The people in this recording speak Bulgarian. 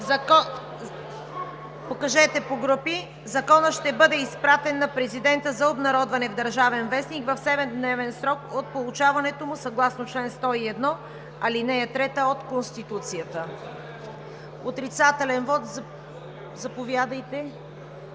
и реплики.) Законът ще бъде изпратен на Президента за обнародване в „Държавен вестник“ в 7-дневен срок от получаването му, съгласно чл. 101, ал. 3 от Конституцията. Отрицателен вот – заповядайте,